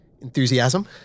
enthusiasm